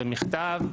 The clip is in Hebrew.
במכתב,